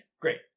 great